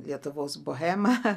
lietuvos bohema